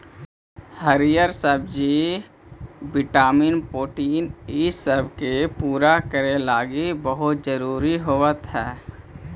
हरीअर सब्जियन vitamin protein ईसब के पूरा करे लागी बहुत जरूरी होब हई